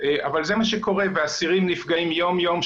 אבל זה מה שקורה והאסירים נפגעים יום יום,